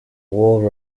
wore